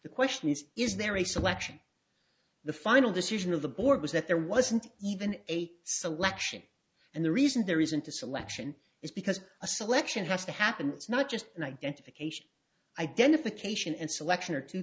the question is is there a selection the final decision of the board was that there wasn't even a selection and the reason there isn't a selection is because a selection has to happen it's not just an identification identification and selection are t